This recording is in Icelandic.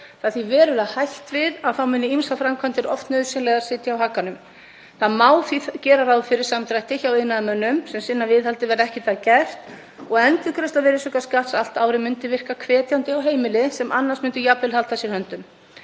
Það er því verulega hætt við að þá muni ýmsar framkvæmdir, oft nauðsynlegar, sitja á hakanum. Það má því gera ráð fyrir samdrætti hjá iðnaðarmönnum sem sinna viðhaldi, verði ekkert að gert. Endurgreiðsla virðisaukaskatts allt árið myndi virka hvetjandi á heimili sem annars myndu jafnvel halda að sér höndum,